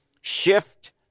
shift